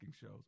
shows